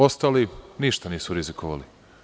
Ostali, ništa nisu rizikovali.